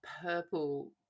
purple